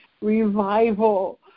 revival